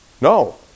No